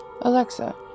Alexa